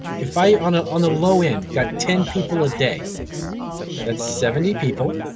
if i on ah on a low end got ten people a day that's seventy people,